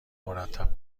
مرتب